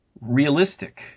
realistic